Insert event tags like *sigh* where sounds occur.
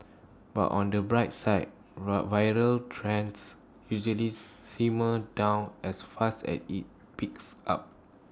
but on the bright side *unintelligible* viral trends usually *noise* simmer down as fast as IT peaks up